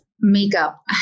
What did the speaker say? Makeup